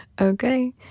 okay